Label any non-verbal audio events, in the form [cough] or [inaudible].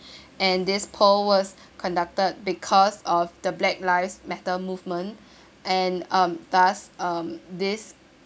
[breath] and this poll was conducted because of the black lives matter movement and um thus um this